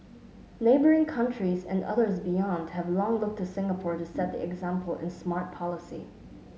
neighbouring countries and others beyond have long looked to Singapore to set the example in smart policy